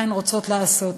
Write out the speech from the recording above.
מה הן רוצות לעשות.